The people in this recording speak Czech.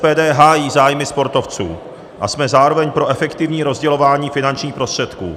SPD hájí zájmy sportovců a jsme zároveň pro efektivní rozdělování finančních prostředků.